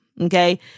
Okay